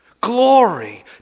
glory